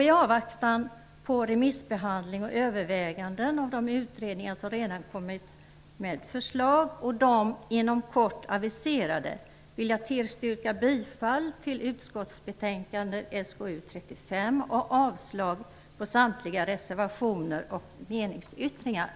I avvaktan på remissbehandling och överväganden av de utredningar som redan har lagt fram förslag och de inom kort aviserade vill jag yrka bifall till utskottets hemställan i betänkandet